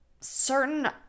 certain